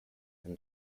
into